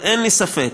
אין לי ספק